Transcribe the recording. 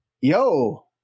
yo